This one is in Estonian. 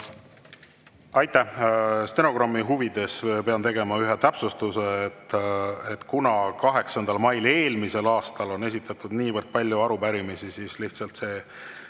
Aitäh! Stenogrammi huvides pean tegema ühe täpsustuse: kuna 8. mail eelmisel aastal esitati niivõrd palju arupärimisi, siis lihtsalt see